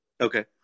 Okay